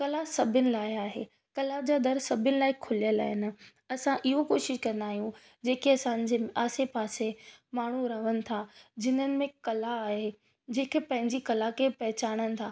कला सभिनी लाइ आहे कला जा दरि सभिनी लाइ खुलियल आहिनि असां इहो कोशिश कंदा आहियूं जेकी असांजे आसे पासे माण्हू रहनि था जिन्हनि में कला आहे जेके पंहिंजी कला खे पहचाननि था